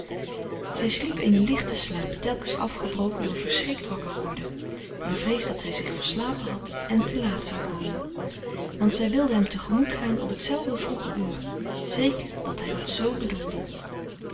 zij sliep eenen lichten slaap telkens afgebroken door een verschrikt wakkerworden in vrees dat zij zich verslapen had en te laat zou komen want zij wilde hem te gemoet gaan op t zelfde vroege uur zeker dat hij dat z bedoelde